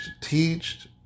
teached